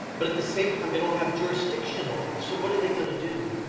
but at the same time they don't have jurisdiction over it. so what are they gonna do?